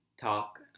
talk